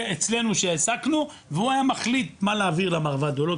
אצלנו שהעסקנו והוא היה מחליט מה להעביר למרב"ד או לא,